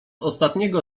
ostatniego